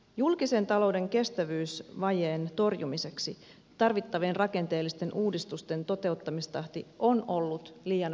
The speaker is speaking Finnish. julkisen talouden kestävyysvajeen torjumiseksi tarvittavien rakenteellisten uudistusten toteuttamistahti on ollut liian verkkainen